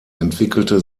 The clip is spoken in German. entwickelte